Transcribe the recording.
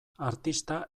artista